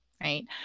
right